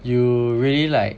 you really like